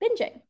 binging